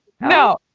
No